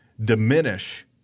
diminish